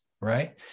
right